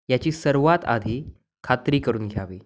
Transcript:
याची सर्वात आधी खात्री करून घ्यावी